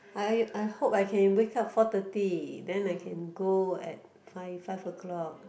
I I hope I can wake up four thirty then I can go at five five o-clock